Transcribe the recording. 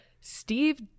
steve